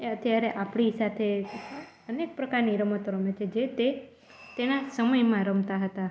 એ અત્યારે આપણી સાથે અનેક પ્રકારની રમતો રમે છે જે તે તેનાં સમયમાં રમતા હતા